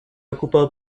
ocupado